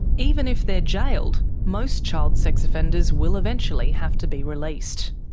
even if they're jailed, most child sex offenders will eventually have to be released.